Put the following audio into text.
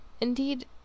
Indeed